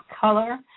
color